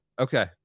Okay